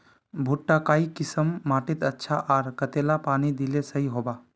भुट्टा काई किसम माटित अच्छा, आर कतेला पानी दिले सही होवा?